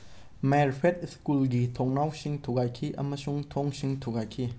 ꯃꯦꯔꯐꯦꯠ ꯁ꯭ꯀꯨꯜꯒꯤ ꯊꯣꯡꯅꯥꯎꯁꯤꯡ ꯊꯨꯒꯥꯏꯈꯤ ꯑꯃꯁꯨꯡ ꯊꯣꯡꯁꯤꯡ ꯊꯨꯒꯥꯏꯈꯤ